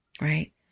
right